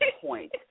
point